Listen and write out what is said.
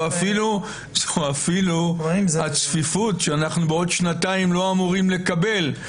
אפילו הצפיפות שבעוד שנתיים אנחנו לא אמורים לקבל,